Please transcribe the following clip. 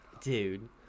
dude